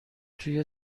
توی